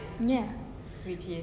ya